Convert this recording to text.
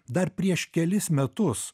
dar prieš kelis metus